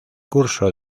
curso